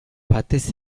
batez